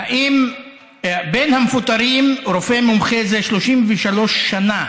בין המפוטרים רופא מומחה זה 33 שנה,